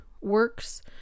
works